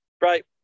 Right